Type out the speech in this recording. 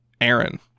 Aaron